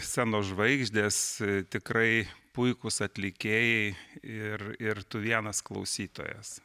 scenos žvaigždės tikrai puikūs atlikėjai ir ir tu vienas klausytojas